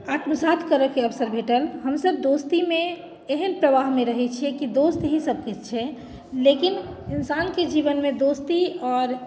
आत्मसात करय के अवसर भेटल हमसभ दोस्तीमे एहन प्रभावमे रहैत छियै कि दोस्त ही सभकिछु छै लेकिन इंसानके जीवनमे दोस्ती आओर